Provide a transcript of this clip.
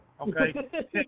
Okay